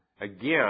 Again